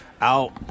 out